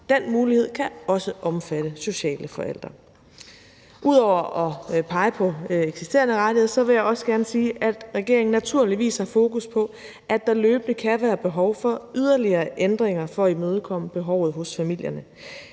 Den mulighed kan også omfatte sociale forældre. Ud over at pege på eksisterende rettigheder vil jeg også gerne sige, at regeringen naturligvis har fokus på, at der løbende kan være behov for yderligere ændringer for at imødekomme behovet hos familierne.